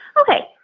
Okay